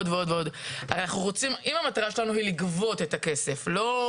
אם המטרה שלנו היא לא לגבות את הכסף אלא